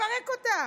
נפרק אותה,